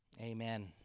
Amen